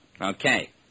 Okay